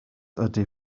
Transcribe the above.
ydy